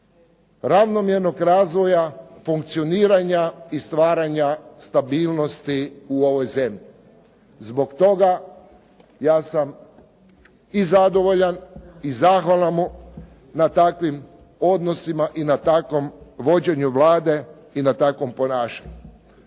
ravnomjernog razvoja funkcioniranja i stvaranja stabilnosti u ovoj zemlji. Zbog toga ja sam i zadovoljan i zahvalan na takvim odnosima i na takvom vođenju Vlade, i na takvom ponašanju.